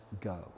go